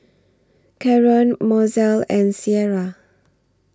Karon Mozell and Sierra